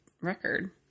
record